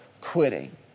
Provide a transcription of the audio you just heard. quitting